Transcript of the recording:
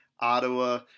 Ottawa